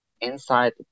inside